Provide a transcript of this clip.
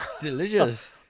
Delicious